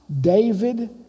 David